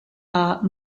are